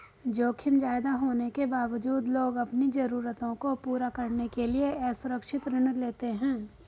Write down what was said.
जोखिम ज्यादा होने के बावजूद लोग अपनी जरूरतों को पूरा करने के लिए असुरक्षित ऋण लेते हैं